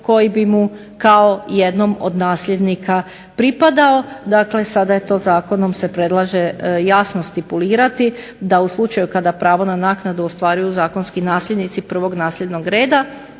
koji bi mu kao jednom od nasljednika pripadao dakle, sada se to za zakonom predlaže jasno stipulirati da u slučaju kada pravo na naknadu ostvaruju zakonski nasljednici prvog nasljednog reda